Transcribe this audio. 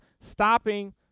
stopping